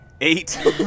Eight